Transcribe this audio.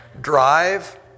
Drive